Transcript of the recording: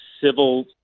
civil